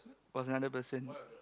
was another person